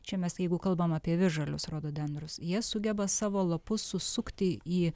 čia mes jeigu kalbam apie visžalius rododendrus jie sugeba savo lapus susukti į